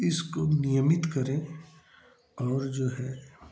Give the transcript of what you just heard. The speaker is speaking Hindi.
इसको नियमित करें और जो है